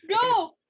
go